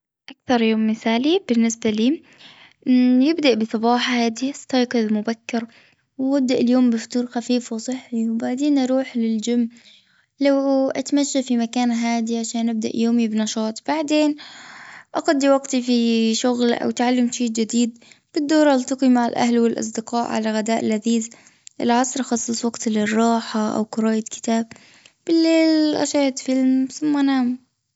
أكثر يوم مثالي بالنسبة لي. يبدأ بصباح هادي أستيقظ مبكرا. وابدأ اليوم بفطور خفيف وصحي. وبعدين أروح للجيم لو أتمشى في مكان هادي عشان ابدأ يومي بنشاط. بعدين أقضي وقتي في شغل أو تعلم شيء جديد. بالظهر التقي مع الأهل والأصدقاء على غداء لذيذ. العصر خصص وقت للراحة او قراءة كتاب. الليل أشاهد فيلم ثم بنام.